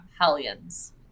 Hellions